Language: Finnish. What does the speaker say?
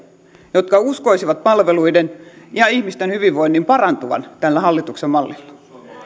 jotka uskoisivat palveluiden ja ihmisten hyvinvoinnin parantuvan tällä hallituksen mallilla